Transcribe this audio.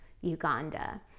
uganda